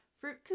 fruit